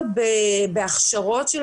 מי על